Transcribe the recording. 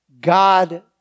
God